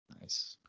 Nice